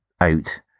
out